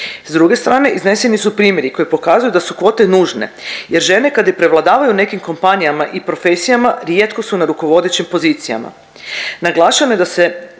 S druge strane izneseni su primjeri koji pokazuju da su kvote nužne, jer žene kad i prevladavaju u nekim kompanijama i profesijama, rijetko su na rukovodećim pozicijama. Naglašeno je i da se